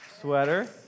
sweater